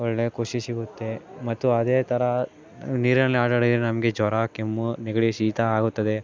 ಒಳ್ಳೆಯ ಖುಷಿ ಸಿಗುತ್ತೆ ಮತ್ತು ಅದೇ ಥರ ನೀರಿನಲ್ಲಿ ಆಟ ಆಡಿದ್ರೆ ನಮಗೆ ಜ್ವರ ಕೆಮ್ಮು ನೆಗಡಿ ಶೀತ ಆಗುತ್ತದೆ